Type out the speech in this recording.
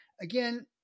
Again